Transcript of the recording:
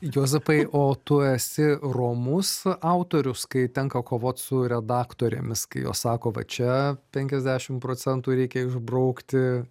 juozapai o tu esi romus autorius kai tenka kovot su redaktorėmis kai jos sako va čia penkiasdešim procentų reikia išbraukti